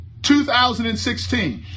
2016